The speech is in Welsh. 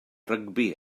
rygbi